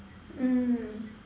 mm